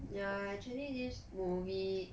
ya actually this movie